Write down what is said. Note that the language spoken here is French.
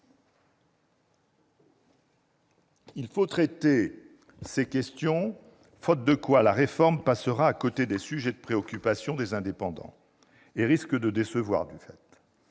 Il faut traiter ces questions, faute de quoi la réforme passera à côté des sujets de préoccupation des indépendants et risque de décevoir.